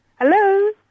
Hello